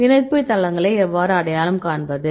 பிணைப்பு தளங்களை எவ்வாறு அடையாளம் காண்பது